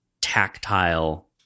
tactile